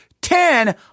Ten